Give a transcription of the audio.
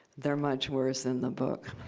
they're much worse in the book.